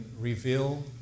reveal